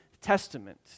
Testament